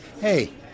Hey